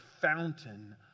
fountain